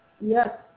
Yes